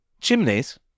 chimneys